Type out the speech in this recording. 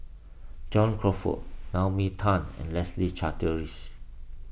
John Crawfurd Naomi Tan and Leslie Charteris